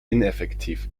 ineffektiv